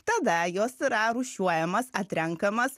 tada jos yra rūšiuojamos atrenkamos